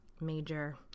major